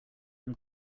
them